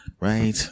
Right